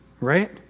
right